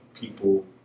people